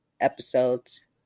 episodes